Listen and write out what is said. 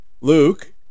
Luke